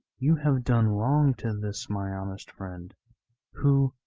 you have done wrong to this my honest friend who,